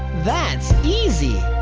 that's easy.